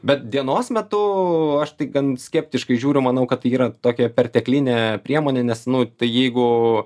bet dienos metu aš tai gan skeptiškai žiūriu manau kad tai yra tokia perteklinė priemonė nes nu tai jeigu